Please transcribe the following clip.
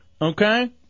Okay